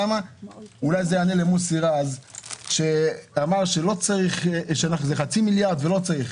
אולי זה יענה למוסי אז שאמר חצי מיליארד לא צריך.